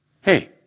Hey